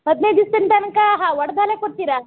ಹದಿನೈದು ದಿವ್ಸದ ತನಕ ಹಾ ಒಡ್ದ ಹಾಲೇ ಕೊಡ್ತೀರಾ